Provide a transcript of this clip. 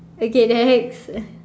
okay next